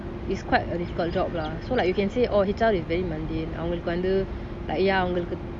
it's quite a difficult job lah so like you can say orh H_R is very mundane அவங்களுக்கு வந்து:avangaluku vanthu like ya அவங்களுக்கு:avangaluku